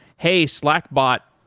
hey, slack bot,